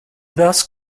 thus